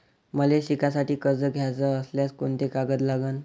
मले शिकासाठी कर्ज घ्याचं असल्यास कोंते कागद लागन?